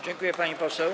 Dziękuję, pani poseł.